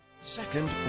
Second